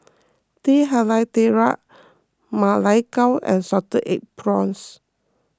Teh Halia Tarik Ma Lai Gao and Salted Egg Prawns